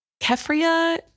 Kefria